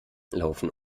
laufen